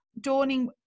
dawning